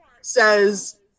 says